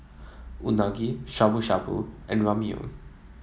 Unagi Shabu Shabu and Ramyeon